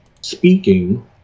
speaking